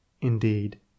indeed